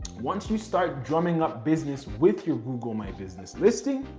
once you start drumming up business with your google my business listing,